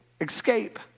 escape